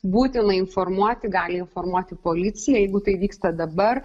būtina informuoti gali informuoti policiją jeigu tai vyksta dabar